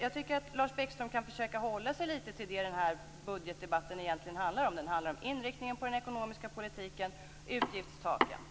Jag tycker att Lars Bäckström kan försöka hålla sig lite till det som den här budgetdebatten egentligen handlar om. Den handlar om inriktningen på den ekonomiska politiken och om utgiftstaken.